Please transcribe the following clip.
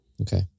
Okay